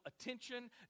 attention